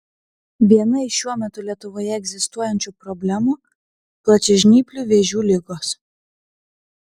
viena iš šiuo metu lietuvoje egzistuojančių problemų plačiažnyplių vėžių ligos